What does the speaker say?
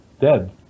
dead